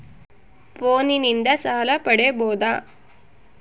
ಫೋನಿನಿಂದ ಸಾಲ ಪಡೇಬೋದ?